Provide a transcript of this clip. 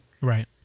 Right